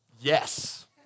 yes